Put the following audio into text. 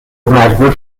مجبور